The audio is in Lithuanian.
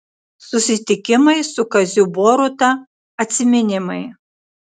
susitikimai su kaziu boruta atsiminimai